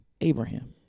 Abraham